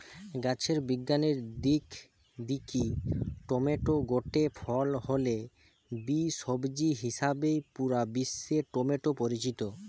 গাছের বিজ্ঞানের দিক দিকি টমেটো গটে ফল হলে বি, সবজি হিসাবেই পুরা বিশ্বে টমেটো পরিচিত